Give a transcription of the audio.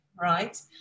Right